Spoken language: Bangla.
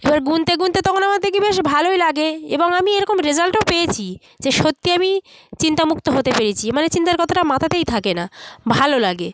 এবার গুনতে গুনতে তখন আমার দেখি বেশ ভালোই লাগে এবং আমি এরকম রেজাল্টও পেয়েছি যে সত্যিই আমি চিন্তা মুক্ত হতে পেরেছি মানে চিন্তার কথাটা মাথাতেই থাকে না ভালো লাগে